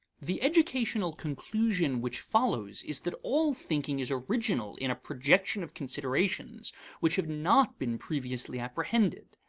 the educational conclusion which follows is that all thinking is original in a projection of considerations which have not been previously apprehended.